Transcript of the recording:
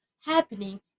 happening